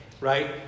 right